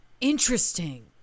Interesting